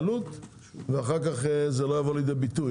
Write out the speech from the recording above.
ולא שאוריד להם את העלות ואחר כך זה לא יבוא לידי ביטוי.